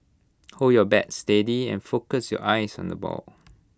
hold your bat steady and focus your eyes on the ball